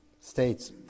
states